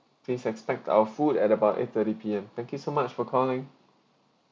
please expect our food at about eight thirty P_M thank you so much for calling